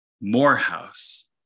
Morehouse